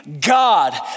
God